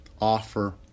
offer